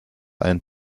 einen